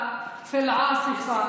מה אם היא מחרפת ומגדפת,